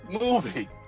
movie